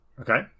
Okay